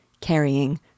carrying—